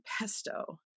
pesto